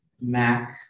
MAC